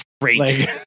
great